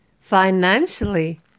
financially